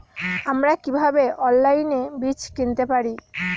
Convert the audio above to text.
আমরা কীভাবে অনলাইনে বীজ কিনতে পারি?